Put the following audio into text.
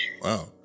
Wow